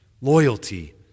loyalty